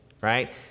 right